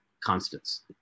constants